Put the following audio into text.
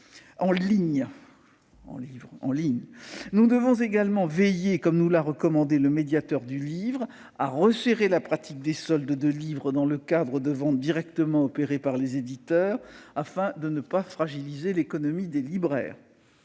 en ligne. Nous devons également veiller, comme nous l'a recommandé le médiateur du livre, à resserrer la pratique des soldes de livres dans le cadre de ventes directement opérées par les éditeurs afin de ne pas fragiliser l'économie des libraires.